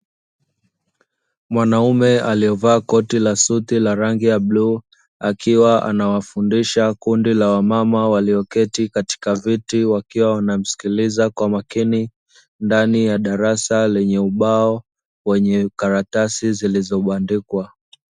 Mwanaume aliyevaa koti la suti la rangi ya bluu, akiwa anawafundisha kundi la wamama walioketi katika viti wakiwa wanamsikiliza kwa makini ndani ya darasa lenye ubao wenye karatasi zilizobandikwa.